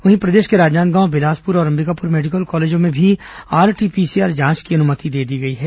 वहीं प्रदेश के राजनांदगांव बिलासपुर और अंबिकापुर मेडिकल कॉलेजों में भी आरटीपीसीआर जांच की अनुमति दे दी गई है